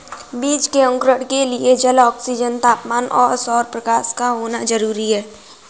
बीज के अंकुरण के लिए जल, ऑक्सीजन, तापमान और सौरप्रकाश का होना जरूरी है